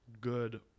good